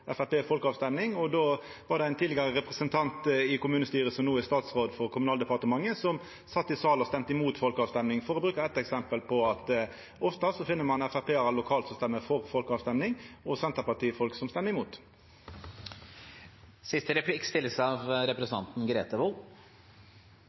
var det ein representant i kommunestyret – som no er statsråd for Kommunaldepartementet – som sat i salen og stemte imot folkeavrøysting. Det er eitt eksempel på at ein ofte finn Framstegsparti-representantar lokalt som stemmer for folkeavrøysting, og Senterparti-folk som stemmer imot.